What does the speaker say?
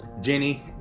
Jenny